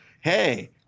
Hey